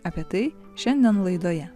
apie tai šiandien laidoje